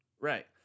Right